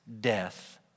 death